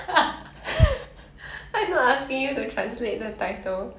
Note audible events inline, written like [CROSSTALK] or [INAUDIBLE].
[LAUGHS]